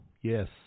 yes